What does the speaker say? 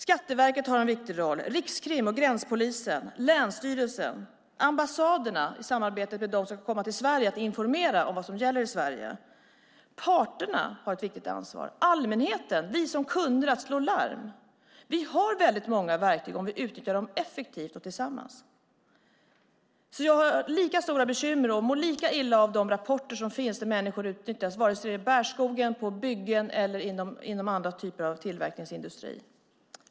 Det har även Skattemyndigheten, Rikskrim, gränspolisen och länsstyrelserna. Ambassaderna har också en viktig uppgift i att informera dem som ska komma till Sverige om vad som gäller i Sverige. Parterna har ett stort ansvar och även allmänheten, vi kunder, att slå larm. Vi har många verktyg om vi utnyttjar dem effektivt och tillsammans. Jag känner mig lika bekymrad och mår lika illa av rapporter om att människor utnyttjas, oavsett om det är i bärskogen, på byggen eller inom andra typer av tillverkningsindustri.